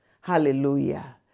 Hallelujah